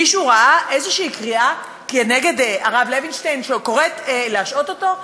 מישהו ראה איזושהי קריאה נגד הרב לוינשטיין שקוראת להשעות אותו,